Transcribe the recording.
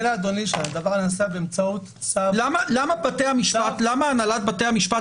הדבר נעשה באמצעות צו --- למה הנהלת בתי המשפט